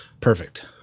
Perfect